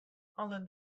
alle